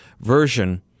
version